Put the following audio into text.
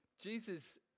Jesus